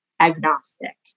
agnostic